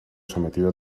sometido